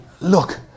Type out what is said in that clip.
look